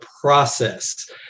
process